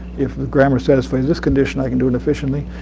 if a grammar satisfies this condition, i can do it efficiently.